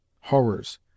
horrors